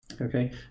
okay